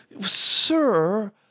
Sir